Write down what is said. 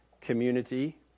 community